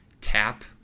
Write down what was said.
tap